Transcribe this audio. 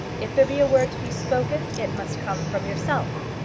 if there be a word to be spoken it must come from yourself.